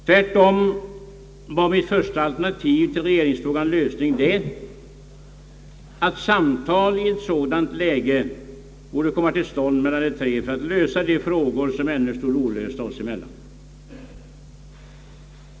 Tvärtom var mitt första alternativ till regeringsfrågans lösning, att samtal i ett sådant läge borde komma till stånd mellan de tre för att lösa de frågor som ännu stod olösta oss emellan.